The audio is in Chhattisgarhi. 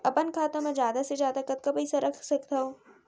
अपन खाता मा जादा से जादा कतका पइसा रख सकत हव?